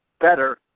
better